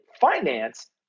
finance